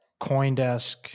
Coindesk